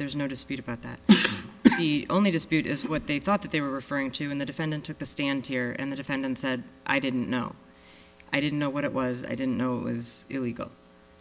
there's no dispute about that only dispute is what they thought that they were referring to in the defendant took the stand here and the defendant said i didn't know i didn't know what it was i didn't know it was illegal